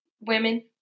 women